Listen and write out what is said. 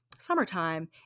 summertime